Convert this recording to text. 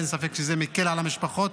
אין ספק שזה מקל על המשפחות